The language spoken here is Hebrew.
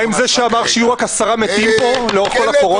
מה עם זה שאמר שיהיו רק עשרה מתים פה לאורך כל הקורונה,